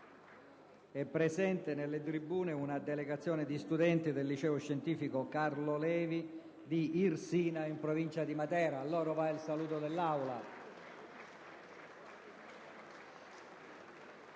è presente in tribuna una delegazione di studenti del Liceo scientifico «Carlo Levi» di Irsina, in provincia di Matera. A loro va il saluto dell'Assemblea.